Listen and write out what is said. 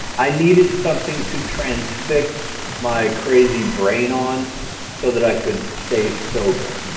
i needed something to transfix my crazy brain on so that i could stay sober.